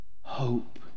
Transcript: hope